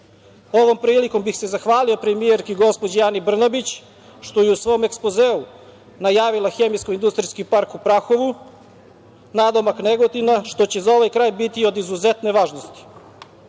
prilikom bih se zahvalio premijerki, gospođi Ani Brnabić što je u svom ekspozeu najavila hemijsko-industrijski park u Prahovu nadomak Negotina što će za ovaj kraj biti od izuzetne važnosti.